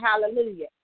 Hallelujah